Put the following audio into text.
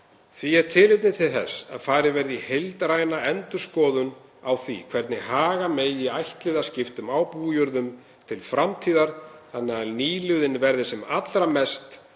Því er tilefni til þess að farið verði í heildræna endurskoðun á því hvernig haga megi ættliðaskiptum á bújörðum til framtíðar þannig að nýliðun verði sem allra mest